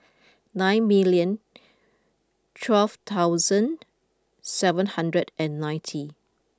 nine million twelve thousand seven hundred and ninety